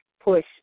push